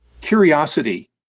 curiosity